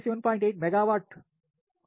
8 మెగావాట్ల గంట కు సమానం